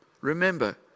Remember